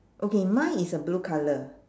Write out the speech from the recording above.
okay mine is a blue colour